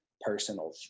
personal